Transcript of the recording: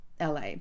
LA